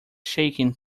shaken